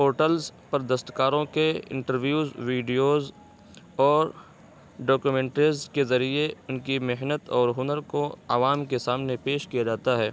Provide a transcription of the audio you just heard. portals پر دستکاروں کے انٹرویوز ویڈیوز اور ڈاکومینٹیز کے ذریعے ان کی محنت اور ہنر کو عوام کے سامنے پیش کیا جاتا ہے